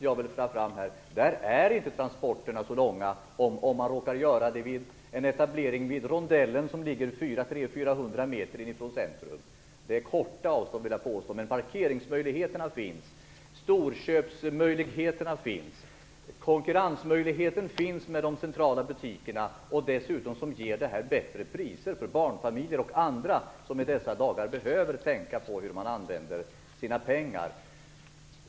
Där blir det inte fråga om så långa transporter om det t.ex. görs en etablering vid rondellen som ligger 300-400 meter från centrum. Det är korta avstånd, vill jag påstå. Men parkeringsmöjligheterna finns, storköpsmöjligheterna finns, möjligheten att konkurrera med de centrala butikerna finns. Dessutom ger det här bättre priser för barnfamiljer och andra som i dessa dagar behöver tänka på hur man använder sina pengar.